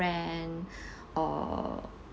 friend or